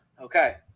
Okay